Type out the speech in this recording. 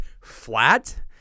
flat